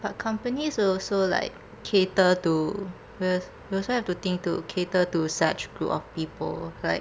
but companies will also like cater to will will also have to think to cater to such group of people like